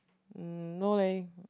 mm no leh